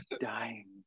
dying